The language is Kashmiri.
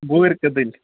بُہر کدل